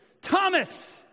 Thomas